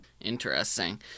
Interesting